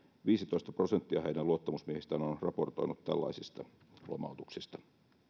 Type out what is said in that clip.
viisitoista prosenttia heidän luottamusmiehistään on raportoinut tällaisista lomautuksista